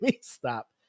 stop